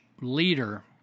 leader